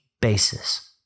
basis